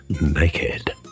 naked